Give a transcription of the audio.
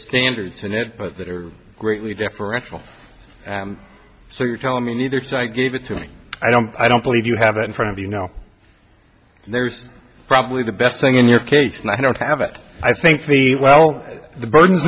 standards and it but that are greatly deferential so you're telling me neither so i gave it to me i don't i don't believe you have it in front of you know there's probably the best thing in your case and i don't have it i think the well the burden